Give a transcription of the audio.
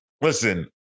Listen